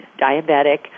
diabetic